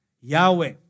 Yahweh